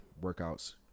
workouts